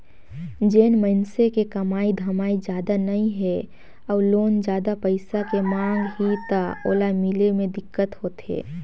जेन मइनसे के कमाई धमाई जादा नइ हे अउ लोन जादा पइसा के मांग ही त ओला मिले मे दिक्कत होथे